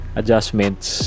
adjustments